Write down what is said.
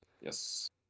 Yes